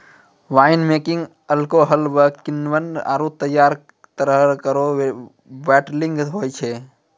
wine making alcohol म किण्वन आरु तैयार तरल केरो बाटलिंग होय छै